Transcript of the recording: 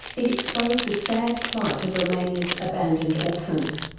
it exposed the sad plight of romania's abandoned orphans.